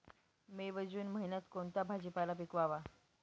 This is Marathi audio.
मे व जून महिन्यात कोणता भाजीपाला पिकवावा?